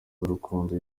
z’urukundo